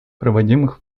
проводимых